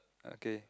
okay